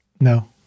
No